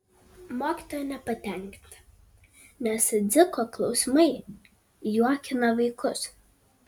mokytoja nepatenkinta nes dziko klausimai juokina vaikus